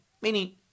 meaning